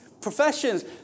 professions